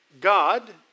God